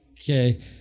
okay